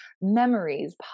memories